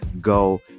go